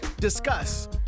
discuss